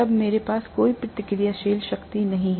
तब मेरे पास कोई प्रतिक्रियाशील शक्ति नहीं है